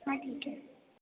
हां ठीक आहे